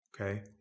Okay